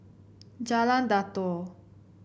Jalan Datoh